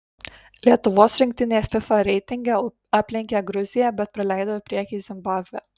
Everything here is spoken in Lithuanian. lietuvos rinktinė fifa reitinge aplenkė gruziją bet praleido į priekį zimbabvę